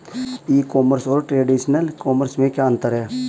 ई commerce और traditional commerce में क्या अंतर है?